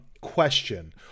Question